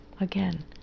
again